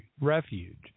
refuge